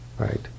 right